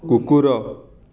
କୁକୁର